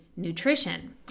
nutrition